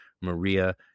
Maria